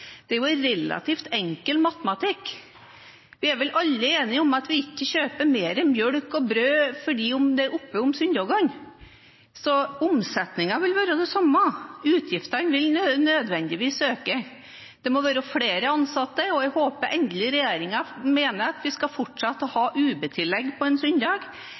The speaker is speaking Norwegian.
Det er jo relativt enkel matematikk: Vi er vel alle enige om at vi ikke kjøper mer melk og brød fordi det er åpent på søndagene. Så omsetningen vil være den samme, men utgiftene vil nødvendigvis øke, bl.a. fordi det må være flere ansatte – og jeg håper endelig regjeringen mener at vi skal fortsette å ha UB-tillegg på en